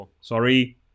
Sorry